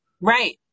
Right